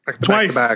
Twice